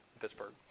Pittsburgh